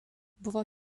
buvo